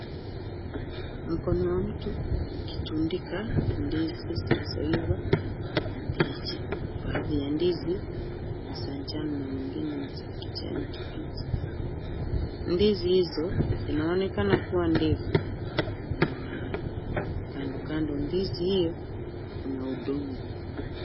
Mkono wa mtu ukitundika ndizi zilizoiva na mbichi. Baadhi ya ndizi ni za njano na zingine ni za kijani kibichi. Ndizi hizo zinaonekana kuwa ndefu na imara. Kando kando ndizi hiyo kuna udongo.